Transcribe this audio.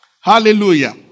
Hallelujah